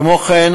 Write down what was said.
כמו כן,